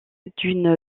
d’une